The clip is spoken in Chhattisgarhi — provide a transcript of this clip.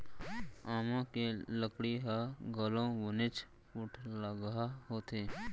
आमा के लकड़ी ह घलौ बनेच पोठलगहा होथे